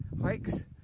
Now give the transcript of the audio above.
hikes